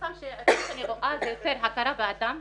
החסם שאני רואה זה יותר הכרה באדם,